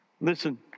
Listen